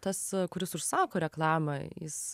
tas kuris užsako reklamą jis